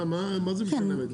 מה זה משנה המידע?